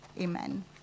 Amen